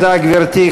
תודה, גברתי.